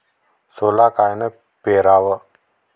सोला कायनं पेराव?